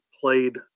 played